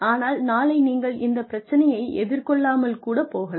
ஆனால் நாளை நீங்கள் இந்த பிரச்சனையை எதிர்கொள்ளாமல் கூடப் போகலாம்